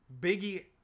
Biggie